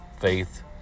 faith